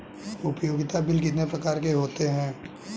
उपयोगिता बिल कितने प्रकार के होते हैं?